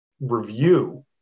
review